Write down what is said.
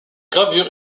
gravure